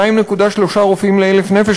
2.3 רופאים ל-1,000 נפש,